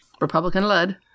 Republican-led